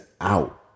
out